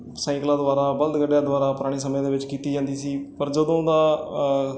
ਸਾਈਕਲਾਂ ਦੁਆਰਾ ਬਲਦ ਗੱਡਿਆਂ ਦੁਆਰਾ ਪੁਰਾਣੇ ਸਮਿਆਂ ਦੇ ਵਿੱਚ ਕੀਤੀ ਜਾਂਦੀ ਸੀ ਪਰ ਜਦੋਂ ਦਾ